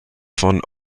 von